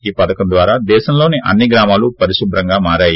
ఈ పధకం ద్వారా దేశంలో అన్ని గ్రామాలు పరిశుభ్రం అయ్యాయి